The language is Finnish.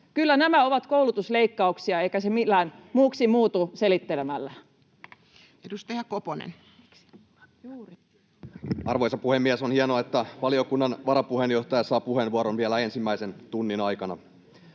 Kyllä nämä ovat koulutusleikkauksia, eikä se millään muuksi muutu selittelemällä. Edustaja Koponen. Arvoisa puhemies! On hienoa, että valiokunnan varapuheenjohtaja saa puheenvuoron vielä ensimmäisen tunnin aikana.